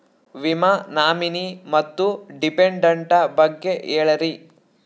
ವಿಮಾ ನಾಮಿನಿ ಮತ್ತು ಡಿಪೆಂಡಂಟ ಬಗ್ಗೆ ಹೇಳರಿ?